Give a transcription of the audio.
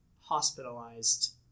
hospitalized